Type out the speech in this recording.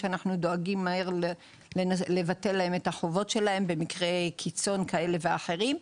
שאנחנו דואגים לבטל להם מהר את החובות במקרי קיצון כאלה ואחרים.